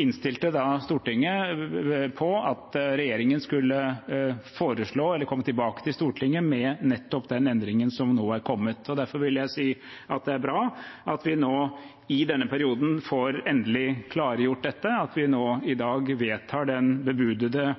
innstilte Stortinget på at regjeringen skulle komme tilbake til Stortinget med nettopp den endringen som nå er kommet. Derfor vil jeg si at det er bra at vi i denne perioden endelig får klargjort dette, at vi nå i dag vedtar den bebudede